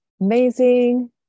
Amazing